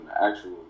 actual